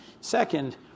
Second